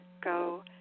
go